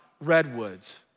redwoods